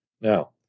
Now